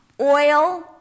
Oil